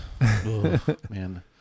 Man